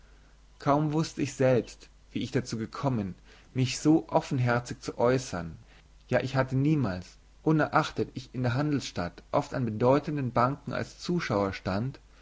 kaum wußte ich selbst wie ich dazu gekommen mich so offenherzig zu äußern ja ich hatte niemals unerachtet ich in der handelsstadt oft an bedeutenden banken als zuschauer stand